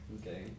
Okay